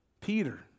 Peter